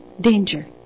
danger